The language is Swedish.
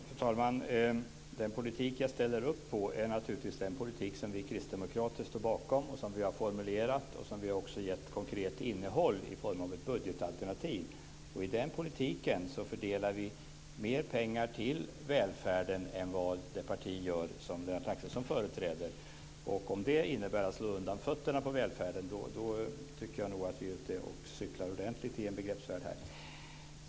Fru talman! Den politik jag ställer upp på är naturligtvis den politik som vi kristdemokrater står bakom, som vi har formulerat och som vi har gett konkret innehåll i form av ett budgetalternativ. I den politiken fördelar vi mer pengar till välfärden än vad det parti gör som Lennart Axelsson företräder. Om det innebär att slå undan fötterna för välfärden tycker jag nog att vi är ute och cyklar i begreppsvärlden.